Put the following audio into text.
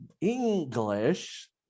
English